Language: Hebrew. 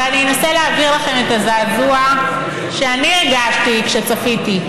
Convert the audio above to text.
אבל אני אנסה להעביר לכם את הזעזוע שאני הרגשתי כשצפיתי: